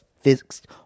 fixed